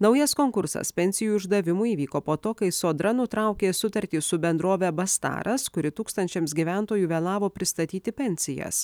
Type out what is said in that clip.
naujas konkursas pensijų išdavimui įvyko po to kai sodra nutraukė sutartį su bendrove bastaras kuri tūkstančiams gyventojų vėlavo pristatyti pensijas